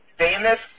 famous